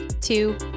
two